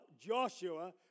Joshua